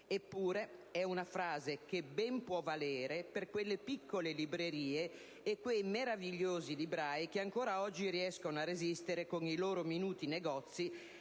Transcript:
Eppure, è una frase che ben può valere per quelle piccole librerie e per quei meravigliosi librai che ancora oggi riescono a resistere con i loro minuti negozi